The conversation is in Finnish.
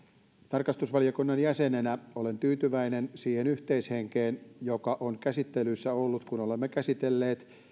tarkastusvaliokunnan jäsenenä olen tyytyväinen siihen yhteishenkeen joka on käsittelyissä ollut kun olemme käsitelleet